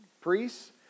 priests